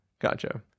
gotcha